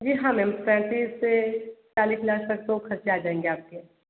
जी हाँ मेम पैंतीस से चालीस लाख तक तो खर्चा आ जायेंगे आपके